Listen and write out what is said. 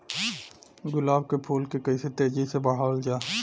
गुलाब क फूल के कइसे तेजी से बढ़ावल जा?